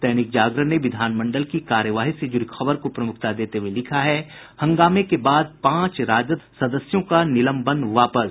दैनिक जागरण ने विधानमंडल की कार्यवाही से जुड़ी खबर को प्रमुखता देते हुये लिखा है हंगामे के बाद पांच राजद सदस्यों का निलंबन वापस